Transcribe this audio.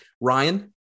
Ryan